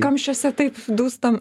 kamščiuose taip dūstam